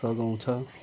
सघाउँछ